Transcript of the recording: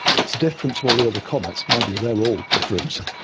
it's different to all the other comets, mind you they are all different,